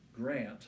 Grant